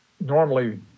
normally –